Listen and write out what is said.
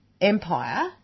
empire